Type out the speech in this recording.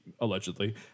allegedly